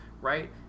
right